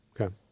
Okay